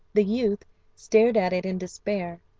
the youth stared at it in despair,